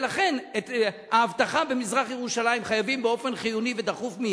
ולכן את האבטחה במזרח-ירושלים חייבים באופן חיוני ודחוף,